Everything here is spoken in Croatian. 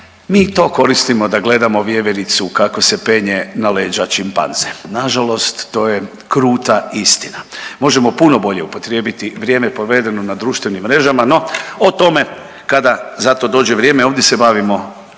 mi to koristimo da gledamo vjevericu kako se penje na leđa čimpanze. Na žalost to je kruta istina. Možemo puno bolje upotrijebiti vrijeme provedeno na društvenim mrežama, no o tome kada za to dođe vrijeme. Ovdje se bavimo